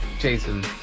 Jason